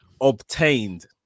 obtained